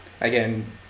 Again